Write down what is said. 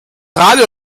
radio